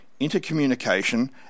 intercommunication